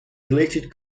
related